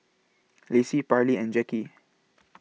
Lacy Parlee and Jackie